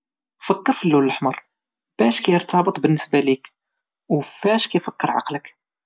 فكر فاللون الأحمر، باش كيرتبط بالنسبة ليك وفاش كيفكرك؟